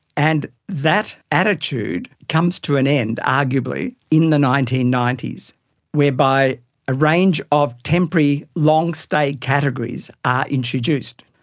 and that attitude comes to an end, arguably, in the nineteen ninety s whereby a range of temporary long-stay categories are introduced.